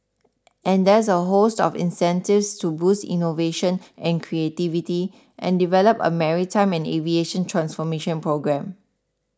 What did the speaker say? and there's a host of incentives to boost innovation and creativity and develop a maritime and aviation transformation programme